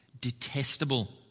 detestable